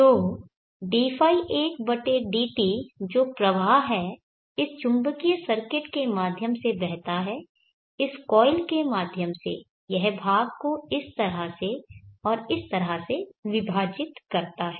तो dϕ1dt जो प्रवाह है इस चुंबकीय सर्किट के माध्यम से बहता है इस कॉयल के माध्यम से यह भाग को इस तरह से और इस तरह से विभाजित करता है